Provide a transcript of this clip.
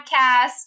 podcast